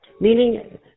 Meaning